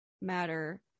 matter